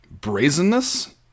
Brazenness